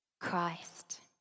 Christ